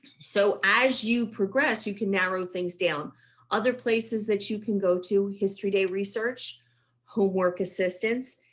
so as you progress, you can narrow things down other places that you can go to history day research who work assistance.